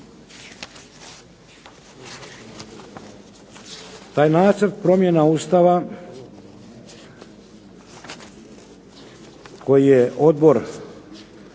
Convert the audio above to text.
Taj Nacrt promjena Ustava koji je odbor